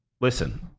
Listen